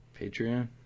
Patreon